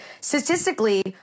statistically